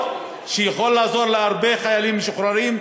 שיכולות לעזור להרבה חיילים משוחררים.